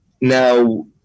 Now